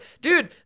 dude